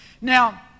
Now